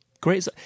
Great